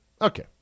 Okay